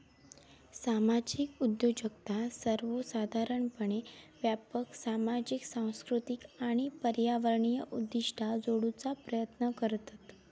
सामाजिक उद्योजकता सर्वोसाधारणपणे व्यापक सामाजिक, सांस्कृतिक आणि पर्यावरणीय उद्दिष्टा जोडूचा प्रयत्न करतत